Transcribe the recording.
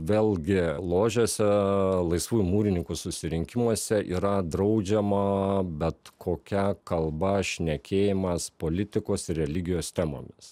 vėlgi ložėse laisvųjų mūrininkų susirinkimuose yra draudžiama bet kokia kalba šnekėjimas politikos ir religijos temomis